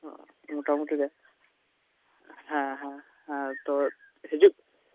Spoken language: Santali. ᱢᱚᱴᱟᱢᱩᱴᱤ ᱜᱮ ᱦᱮᱸ ᱦᱮᱸ ᱦᱮᱸ ᱛᱚ ᱦᱤᱡᱩᱜ